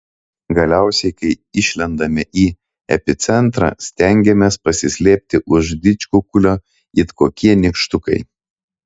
galiausiai kai išlendame į epicentrą stengiamės pasislėpti už didžkukulio it kokie nykštukai